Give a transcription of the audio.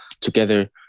together